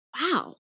wow